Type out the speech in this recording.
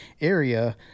area